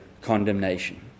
condemnation